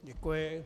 Děkuji.